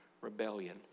rebellion